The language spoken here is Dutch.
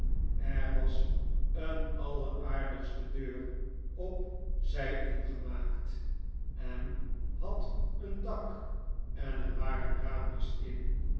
er was een alleraardigste deur op zij ingemaakt en het had een dak en er waren raampjes in